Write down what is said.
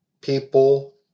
people